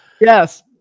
Yes